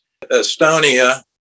Estonia